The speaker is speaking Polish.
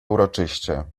uroczyście